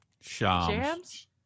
Shams